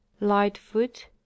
lightfoot